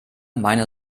meine